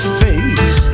face